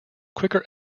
quicker